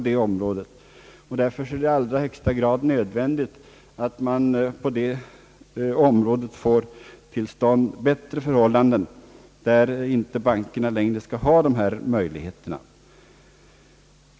Det är i allra högsta grad nödvändigt att på detta område få till stånd bättre förhållanden, där bankerna inte längre har dessa möjligheter.